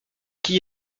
qui